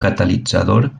catalitzador